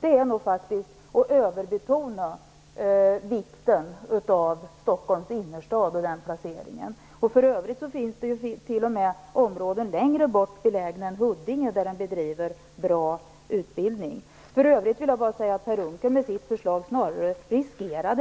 Det är faktiskt att överbetona vikten av en placering i Stockholms innerstad. För övrigt finns det t.o.m. områden längre bort i länet än Huddinge där man bedriver bra utbildning. Per Unckel riskerade med sitt förslag